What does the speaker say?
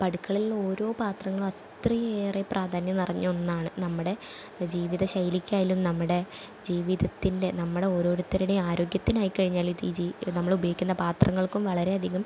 അപ്പം അടുക്കളയിൽ ഓരോ പാത്രങ്ങൾ അത്രയേറെ പ്രാധാന്യം നിറഞ്ഞ ഒന്നാണ് നമ്മുടെ ജീവിതശൈലിക്കായാലും നമ്മുടെ ജീവിതത്തിൻ്റെ നമ്മുടെ ഓരോരുത്തരുടെയും ആരോഗ്യത്തിനായി കഴിഞ്ഞാലും ജീ നമ്മളുപയോഗിക്കുന്ന പാത്രങ്ങൾക്കും വളരെയധികം